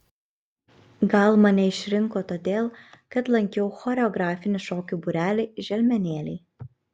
gal mane išrinko todėl kad lankiau choreografinį šokių būrelį želmenėliai